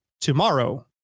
tomorrow